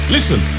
Listen